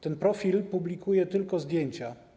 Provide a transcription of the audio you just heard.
Ten profil publikuje tylko zdjęcia.